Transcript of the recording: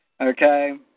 okay